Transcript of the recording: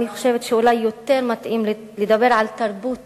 אני חושבת שאולי יותר מתאים לדבר על תרבות